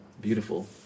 beautiful